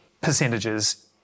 percentages